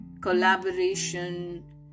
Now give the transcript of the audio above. collaboration